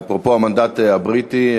ואפרופו המנדט הבריטי,